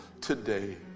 today